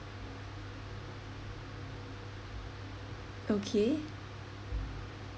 okay